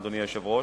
אדוני היושב-ראש,